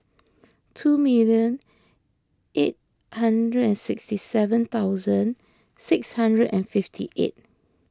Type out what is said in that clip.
two million eight hundred and sixty seven thousand six hundred and fifty eight